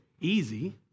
easy